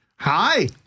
Hi